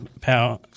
power